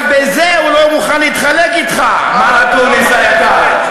גם בזה הוא לא מוכן להתחלק אתך, מר אקוניס היקר.